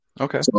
Okay